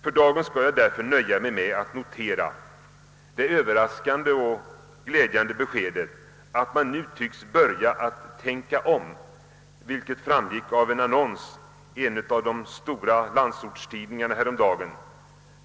För dagen skall jag därför nöja mig med att notera det överraskande och glädjande beskedet att man nu tycks börja tänka om, vilket framgick av en annons i en av de stora landsortstidningarna häromdagen.